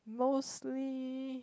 mostly